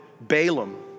Balaam